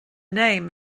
name